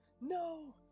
No